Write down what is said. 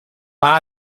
para